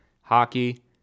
Hockey